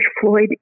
Floyd